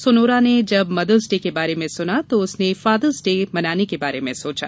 Sonora ने जब mother's day के बारे में सुना तो उसने फादर्स डे मनाने के बारे में सोचा